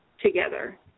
together